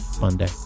Monday